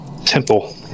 Temple